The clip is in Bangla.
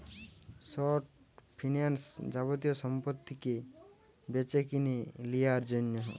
শর্ট ফিন্যান্স যাবতীয় সম্পত্তিকে বেচেকিনে লিয়ার জন্যে